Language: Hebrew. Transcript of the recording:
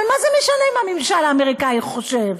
אבל מה זה משנה מה הממשל האמריקני חושב?